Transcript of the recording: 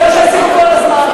זה מה שעשינו כל הזמן.